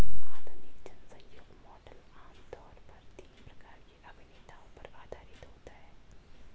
आधुनिक जनसहयोग मॉडल आम तौर पर तीन प्रकार के अभिनेताओं पर आधारित होता है